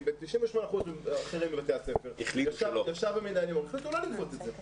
כי 98% אחרים מבתי הספר החליטו לא לגבות את זה.